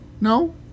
No